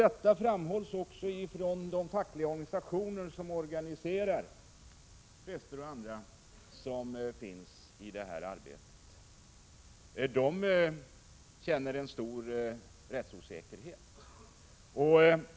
Detta framhålls också av de fackliga organisationer som organiserar präster och andra som har sin sysselsättning på detta område. De känner stor rättsosäkerhet.